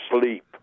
sleep